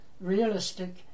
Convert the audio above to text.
realistic